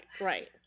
right